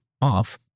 Off